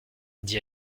dit